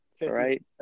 right